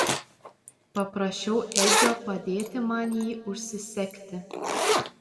paprašiau edžio padėti man jį užsisegti